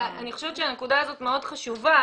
אני חושבת שהנקודה הזאת מאוד חשובה,